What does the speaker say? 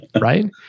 right